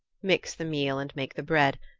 mix the meal and make the bread,